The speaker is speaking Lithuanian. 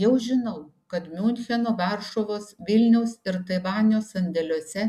jau žinau kad miuncheno varšuvos vilniaus ir taivanio sandėliuose